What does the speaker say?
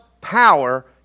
power